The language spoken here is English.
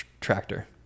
tractor